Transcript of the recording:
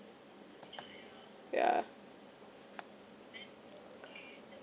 yeah